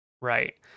Right